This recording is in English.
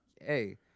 hey